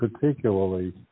particularly